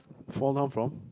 fall down from